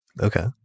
Okay